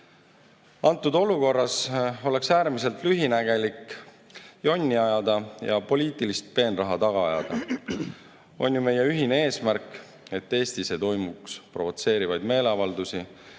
Antud olukorras oleks äärmiselt lühinägelik jonni ajada ja poliitilist peenraha taga ajada. On ju meie ühine eesmärk, et Eestis ei toimuks provotseerivaid meeleavaldusi